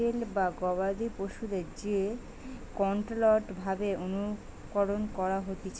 cattle বা গবাদি পশুদের যে কন্ট্রোল্ড ভাবে অনুকরণ করা হতিছে